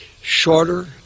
shorter